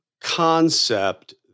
concept